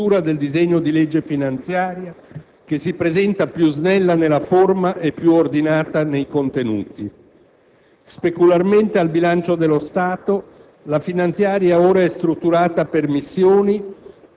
I disegni di legge finanziaria e di bilancio per il triennio 2008-2010 approdano all'Aula del Senato dopo una costruttiva discussione della competente Commissione.